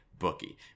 bookie